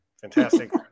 Fantastic